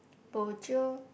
bo jio